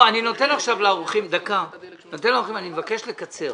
אני נותן עכשיו את רשות הדיבור לאורחים אבל אני מבקש לקצר.